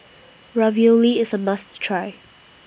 Ravioli IS A must Try